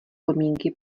podmínky